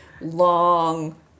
long